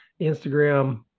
Instagram